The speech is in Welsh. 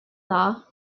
dda